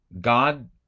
God